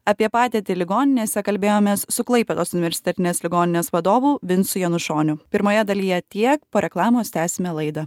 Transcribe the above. apie padėtį ligoninėse kalbėjomės su klaipėdos universitetinės ligoninės vadovu vincu janušoniu pirmoje dalyje tiek po reklamos tęsime laidą